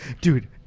Dude